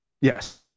Yes